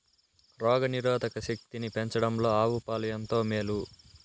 రోగ నిరోధక శక్తిని పెంచడంలో ఆవు పాలు ఎంతో మేలు